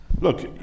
Look